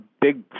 Big